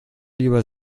lieber